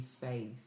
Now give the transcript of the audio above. face